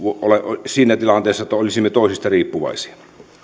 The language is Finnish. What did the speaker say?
siinä tilanteessa että olisimme toisista riippuvaisia